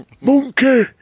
monkey